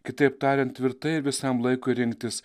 kitaip tariant tvirtai ir visam laikui rinktis